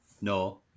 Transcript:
No